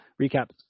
recap